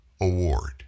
award